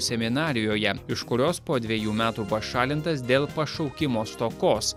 seminarijoje iš kurios po dvejų metų pašalintas dėl pašaukimo stokos